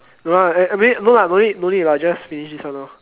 don't want lah eh I mean no lah no need no need lah just finish this one lor